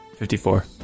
54